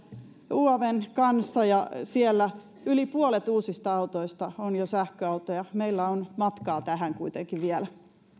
uavn kanssa ja siellä yli puolet uusista autoista on jo sähköautoja meillä on matkaa tähän kuitenkin vielä arvoisa